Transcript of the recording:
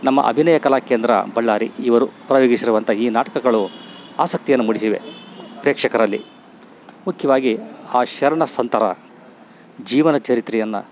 ನಮ್ಮ ಅಭಿನಯ ಕಲಾಕೇಂದ್ರ ಬಳ್ಳಾರಿ ಇವರು ಪ್ರಯೋಗಿಸಿರುವಂಥ ಈ ನಾಟಕಗಳು ಆಸಕ್ತಿಯನ್ನು ಮೂಡಿಸಿವೆ ಪ್ರೇಕ್ಷಕರಲ್ಲಿ ಮುಖ್ಯವಾಗಿ ಆ ಶರಣ ಸಂತರ ಜೀವನ ಚರಿತ್ರೆಯನ್ನು